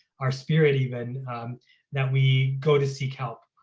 our spirit, even that we go to seek help